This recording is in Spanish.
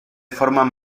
forman